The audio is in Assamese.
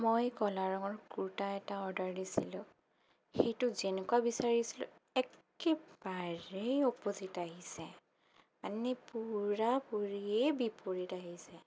মই কলা ৰঙৰ কুৰ্তা এটা অৰ্ডাৰ দিছিলোঁ সেইটো যেনেকুৱা বিচাৰিছিলোঁ একেবাৰেই অপ'জিত আহিছে মানে পূৰা পূৰিয়ে বিপৰীত আহিছে